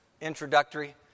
introductory